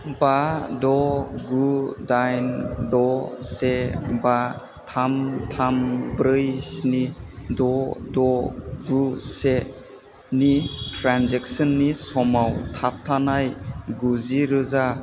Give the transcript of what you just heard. बा द गु दाइन द से बा थाम थाम ब्रै स्नि द द गु सेनि ट्रेन्जेक्सननि समाव थाबथानाय गुजि रोजा